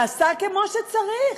נעשה כמו שצריך.